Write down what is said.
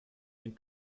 den